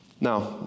Now